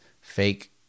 fake